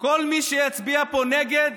כל מי שיצביע פה נגד,